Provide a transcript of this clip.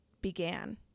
began